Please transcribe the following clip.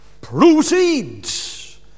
proceeds